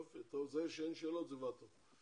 יופי זה שאין שאלות זה כבר טוב.